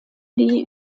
die